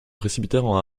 précipitèrent